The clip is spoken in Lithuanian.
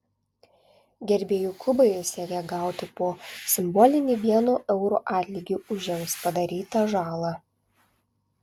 gerbėjų klubai siekia gauti po simbolinį vieno euro atlygį už jiems padarytą žalą